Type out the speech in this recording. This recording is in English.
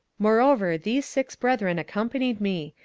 moreover these six brethren accompanied me,